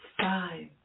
five